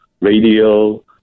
radio